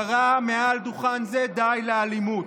קרא מעל דוכן זה: די לאלימות.